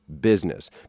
business